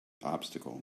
obstacle